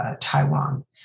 Taiwan